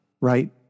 Right